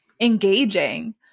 engaging